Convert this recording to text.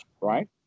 right